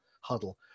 huddle